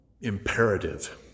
imperative